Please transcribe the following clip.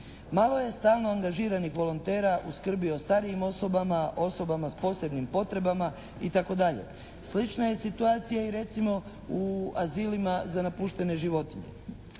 Malo je stalno angažiranih volontera u skrbi o starijim osobama, osobama s posebnim potrebama itd. Slična je situacija recimo u azilima za napuštene životinje.